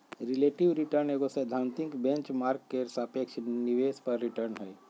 relative return एगो सैद्धांतिक benchmark के सापेक्ष निवेश पर रिटर्न हइ